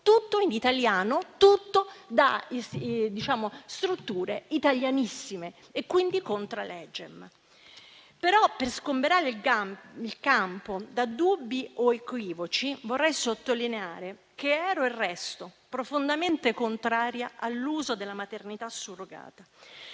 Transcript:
tutto, in italiano, da strutture italianissime, quindi *contra legem*. Per sgomberare il campo da dubbi o equivoci, vorrei sottolineare che ero e resto profondamente contraria all'uso della maternità surrogata,